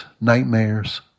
nightmares